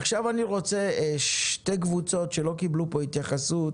עכשיו אני רוצה שתי קבוצות שלא קיבלו פה התייחסות